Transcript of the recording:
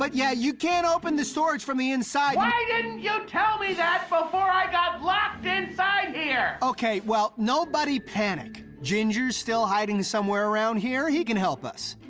but yeah, you can't open the storage from the inside. why didn't you tell me that before i got locked inside here? okay, well, nobody panic. ginger's still hiding somewhere around here. he can help us.